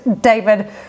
David